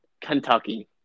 Kentucky